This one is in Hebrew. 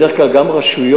בדרך כלל גם ברשויות,